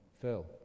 Phil